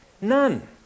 none